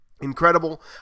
incredible